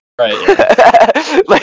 Right